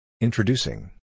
Introducing